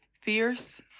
fierce